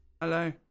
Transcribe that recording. hello